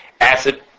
acid